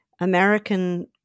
American